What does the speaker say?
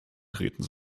treten